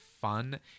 fun